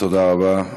תודה רבה.